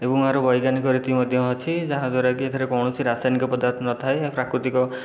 ଏବଂ ଏହାର ବୈଜ୍ଞାନିକ ରୀତି ମଧ୍ୟ ଅଛି ଯାହା ଦ୍ଵାରାକି ଏଥିରେ କୌଣସି ରାସାୟନିକ ପଦାର୍ଥ ନଥାଏ ଏହା ପ୍ରାକୃତିକ